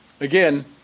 again